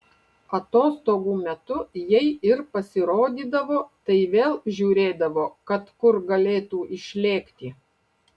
atostogų metu jei ir pasirodydavo tai vėl žiūrėdavo kad kur galėtų išlėkti